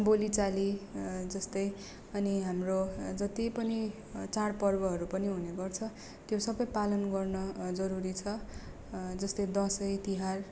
बालीचाली जस्तै अनि हाम्रो जति पनि चाडपर्वहरू पनि हुने गर्छ त्यो सबै पालन गर्न जरुरी छ जस्तै दसैँ तिहार